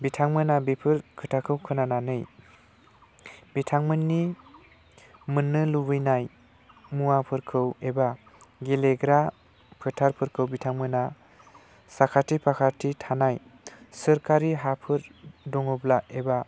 बिथांमोनहा बिफोर खोथाखौ खोनानानै बिथांमोननि मोननो लुबैनाय मुवाफोरखौ एबा गेलेग्रा फोथारफोरखौ बिथांमोनहा साखाथि फाखाथि थानाय सोरखारि हाफोर दङब्ला एबा